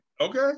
Okay